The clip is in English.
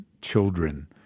children